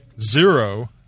Zero